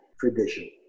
tradition